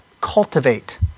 cultivate